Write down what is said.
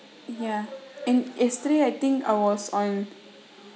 ya and yesterday I think I was on